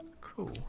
Cool